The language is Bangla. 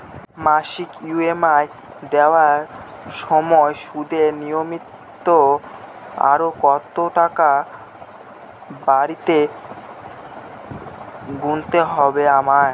মাসিক ই.এম.আই দেওয়ার সময়ে সুদের নিমিত্ত আরো কতটাকা বাড়তি গুণতে হবে আমায়?